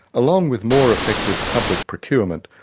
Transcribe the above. along with more effective public procurement,